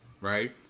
right